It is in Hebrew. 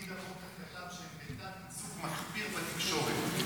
לפיד כתב שהם בתת-ייצוג מחפיר בתקשורת.